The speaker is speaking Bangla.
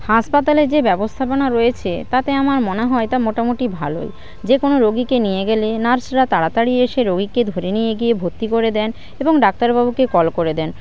হাসপাতালে যে ব্যবস্থাপনা রয়েছে তাতে আমার মনে হয় তা মোটামুটি ভালোই যে কোনো রোগীকে নিয়ে গেলে নার্সরা তাড়াতাড়ি এসে রোগীকে ধরে নিয়ে গিয়ে ভর্তি করে দেন এবং ডাক্তারবাবুকে কল করে দেন